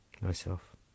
Myself